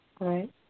Right